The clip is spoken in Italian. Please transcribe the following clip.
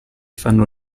fanno